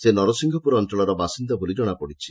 ସେ ନରସିଂହପୁର ଅଞ୍ଞଳର ବାସିନ୍ଦା ବୋଲି ଜଣାପଡ଼ିଛି